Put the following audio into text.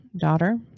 daughter